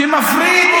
אתה והחבר'ה שלך.